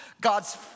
God's